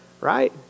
right